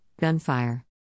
gunfire